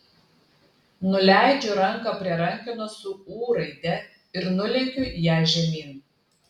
nuleidžiu ranką prie rankenos su ū raide ir nulenkiu ją žemyn